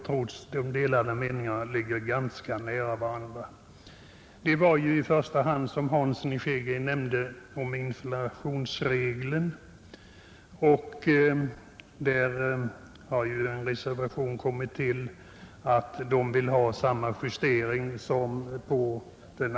Trots de delade meningarna ligger våra uppfattningar ganska nära varandra. Det gäller i första hand inflationsregeln, som herr Hansson i Skegrie nämnde. Där finns en reservation om att pristilläggen skall justeras i samma takt som den allmänna prisnivån ändras.